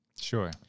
Sure